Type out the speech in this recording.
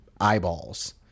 eyeballs